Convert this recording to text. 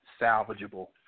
salvageable